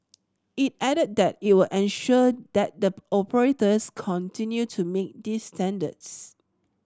it added that it will ensure that the operators continue to meet these standards